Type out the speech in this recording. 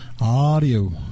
Audio